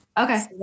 Okay